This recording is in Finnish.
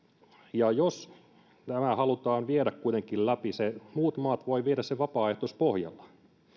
ja jos nämä halutaan kuitenkin viedä läpi muut maat voivat viedä sen vapaaehtoispohjalla